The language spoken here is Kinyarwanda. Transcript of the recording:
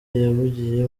yavugiye